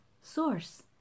source